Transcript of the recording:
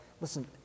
listen